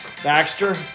Baxter